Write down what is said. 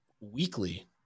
weekly